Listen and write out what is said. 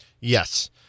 Yes